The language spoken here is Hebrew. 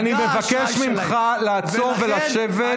וכתוצאה מכך, אני מבקש ממך לעצור ולשבת.